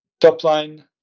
top-line